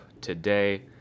today